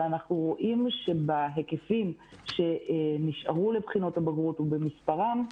אנחנו רואים שבהיקפים שנשארו לבחינות הבגרות ובמספרם,